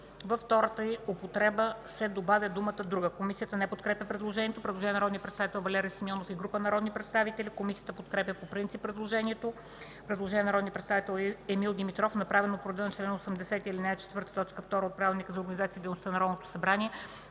във втората й употреба, се добавя думата „друга”. Комисията не подкрепя предложението. Предложение на народния представител Валери Симеонов и група народни представители. Комисията подкрепя по принцип предложението. Предложение на народния представител Емил Димитров, направено по реда на чл. 80, ал. 4, т. 2 от Правилника за организацията и дейността на Народното събрание.